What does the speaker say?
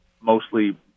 mostly